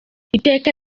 iteka